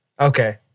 Okay